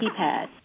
keypad